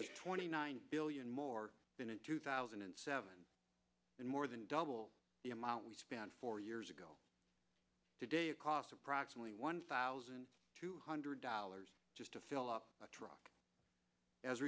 wenty nine billion more than in two thousand and seven and more than double the amount we spent four years ago today it cost approximately one thousand two hundred dollars just to fill up a truck as a